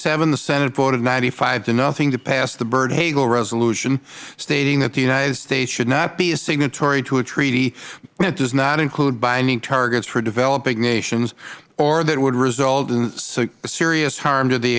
seven the senate voted ninety five to nothing to pass the byrd hagel resolution stating that the united states should not be a signatory to a treaty that does not include binding targets for developing nations or that would result in serious harm to the